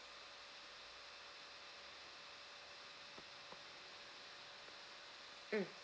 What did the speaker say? mm